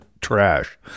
trash